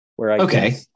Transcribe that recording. Okay